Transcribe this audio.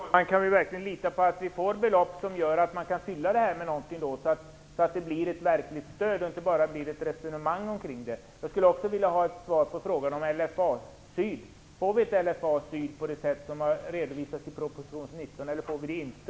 Fru talman! Kan vi verkligen lita på att vi får belopp som gör att vi kan fylla detta med något, så att det blir ett verkligt stöd och inte bara ett resonemang omkring det? Jag skulle också vilja ha svar på frågan om LFA syd. Får vi ett LFA syd på det sätt som har redovisats i proposition 19 eller får vi det inte?